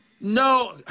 No